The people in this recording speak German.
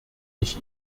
ich